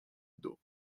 d’eau